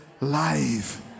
life